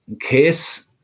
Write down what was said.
Case